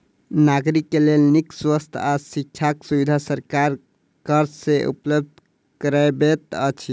नागरिक के लेल नीक स्वास्थ्य आ शिक्षाक सुविधा सरकार कर से उपलब्ध करबैत अछि